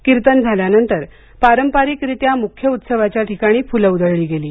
किर्तन झाल्यानंतर पारंपारिकरित्या मुख्य उत्सवाच्या ठिकाणी फुलं उधळली गेली